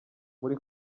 muri